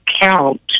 count